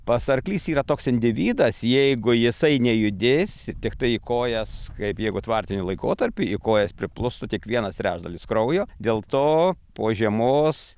pas arklys yra toks individas jeigu jisai nejudės tiktai į kojas kaip jeigu tvartiniu laikotarpiu į kojas priplūstų tik vienas trečdalis kraujo dėl to po žiemos